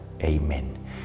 amen